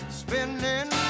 spinning